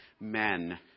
men